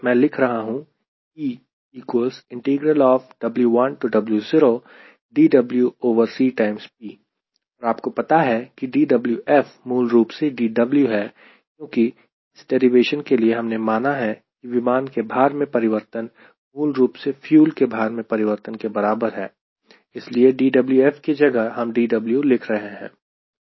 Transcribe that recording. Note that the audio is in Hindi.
मैं लिख रहा हूं और आपको पता है कि dWf मूल रूप से dW है क्योंकि इस डेरिवेशन के लिए हमने माना है कि विमान के भार में परिवर्तन मूल रूप से फ्यूल के भार में परिवर्तन के बराबर है इसलिए dWf की जगह हम dW लिख रहे हैं